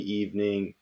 evening